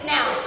Now